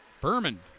Berman